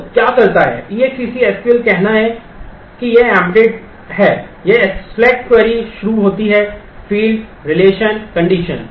तो यह क्या करता है EXEC SQL कहना है कि यह एम्बेडेड है यह select क्वेरी शुरू होती है फ़ील्ड relation condition